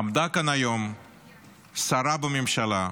עמדה כאן היום שרה בממשלה,